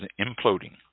imploding